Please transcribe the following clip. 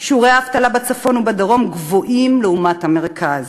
שיעורי האבטלה בצפון ובדרום גבוהים לעומת המרכז.